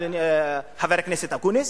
חבר הכנסת אקוניס.